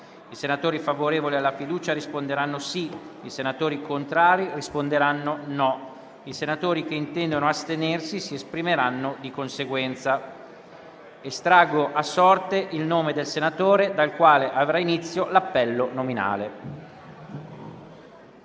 I senatori favorevoli alla fiducia risponderanno sì; i senatori contrari risponderanno no; i senatori che intendono astenersi si esprimeranno di conseguenza. Estraggo ora a sorte il nome del senatore dal quale avrà inizio l'appello nominale.